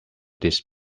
this